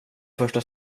första